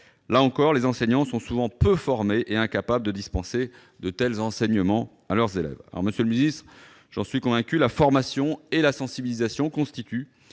Là encore, les enseignants sont souvent peu formés et incapables de dispenser de tels « enseignements » à leurs élèves. Monsieur le secrétaire d'État, j'en suis convaincu, la formation et la sensibilisation des